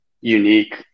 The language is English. unique